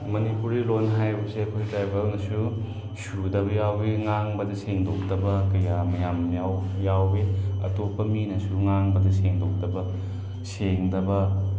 ꯃꯅꯤꯄꯨꯔꯤ ꯂꯣꯟ ꯍꯥꯏꯕꯁꯦ ꯑꯩꯈꯣꯏ ꯇ꯭ꯔꯥꯏꯕꯦꯜꯗꯁꯨ ꯁꯨꯗꯕ ꯌꯥꯎꯏ ꯉꯥꯡꯕꯗ ꯁꯦꯡꯗꯣꯛꯇꯕ ꯌꯥꯝ ꯌꯥꯝ ꯌꯥꯎꯏ ꯑꯇꯣꯞꯄ ꯃꯤꯅꯁꯨ ꯉꯥꯡꯕꯗ ꯁꯦꯡꯗꯣꯛꯇꯕ ꯁꯦꯡꯗꯕ